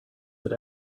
that